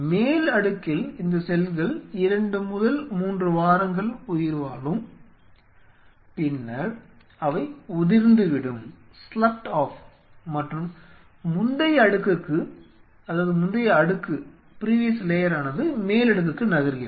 மேல் அடுக்கில் இந்த செல்கள் 2 முதல் 3 வாரங்கள் வரை உயிர்வாழும் பின்னர் அவை உதிர்ந்துவிடும் மற்றும் முந்தைய அடுக்கு மேல் அடுக்குக்கு நகர்கிறது